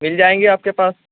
مل جائیں گے آپ کے پاس